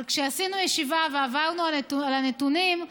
אבל כשעשינו ישיבה ועברנו על הנתונים,